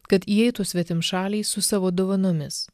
kad įeitų svetimšaliai su savo dovanomis